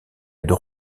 deux